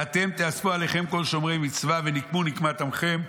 ואתם תאספו אליכם כל שומרי מצווה ונקמו נקמת עמכם".